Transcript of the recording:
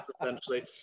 essentially